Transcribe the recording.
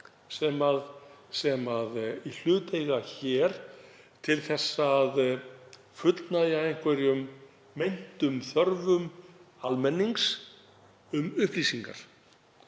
sem í hlut eiga hér til þess að fullnægja einhverjum meintum þörfum almennings um upplýsingar?